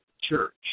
church